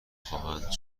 خواهند